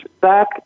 back